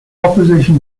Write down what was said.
opposition